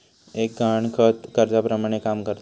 एक गहाणखत कर्जाप्रमाणे काम करता